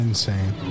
Insane